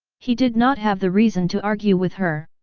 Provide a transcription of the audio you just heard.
he did not have the reason to argue with her.